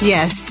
Yes